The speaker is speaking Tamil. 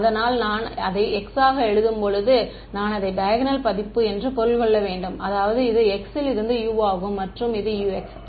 அதனால் நான் அதை X ஆக எழுதும்போது நான் அதை டையகனல் பதிப்பு என்று பொருள் கொள்ள வேண்டும் அதாவது இது X ல் இருந்து u ஆகும் மற்றும் இது U x